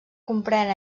comprèn